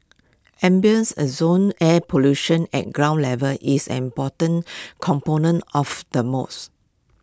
ambience ozone air pollution at ground level is an important component of the moss